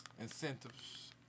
Incentives